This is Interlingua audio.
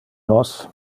nos